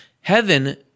Heaven